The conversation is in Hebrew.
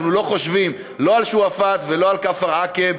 אנחנו לא חושבים לא על שועפאט ולא על כפר עקב,